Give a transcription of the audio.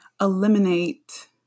eliminate